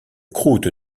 croûte